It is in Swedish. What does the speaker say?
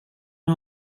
att